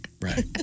right